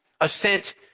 ascent